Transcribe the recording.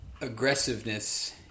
aggressiveness